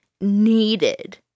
needed